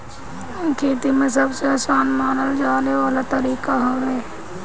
खेती में सबसे आसान मानल जाए वाला तरीका हवे